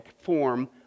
form